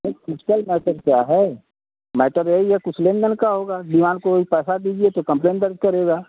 नहीं critical matter क्या है मैटर यही है कुछ लेन देन का होगा दीवान को अभी पैसा दीजिए तो कंप्लेन दर्ज करेगा